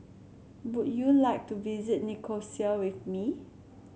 would you like to visit Nicosia with me